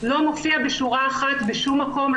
הוא לא מופיע בשורה אחת בשום מקום,